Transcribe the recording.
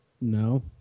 No